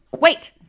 Wait